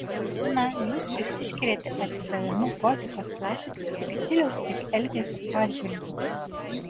na jūs išsiskiriate atsidavimu gotikos klasika tiek stiliaus tiek elgesio atžvilgiu